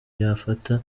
yafata